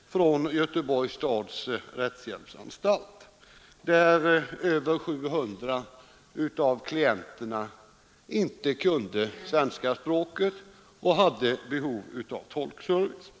från Göteborgs stads rättshjälpsanstalt avseende år 1971, då över 700 klienter inte kunde svenska språket och hade behov av tolkservice.